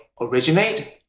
originate